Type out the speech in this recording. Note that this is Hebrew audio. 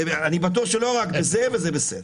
אני בטוח שלא רק בזה, וזה בסדר.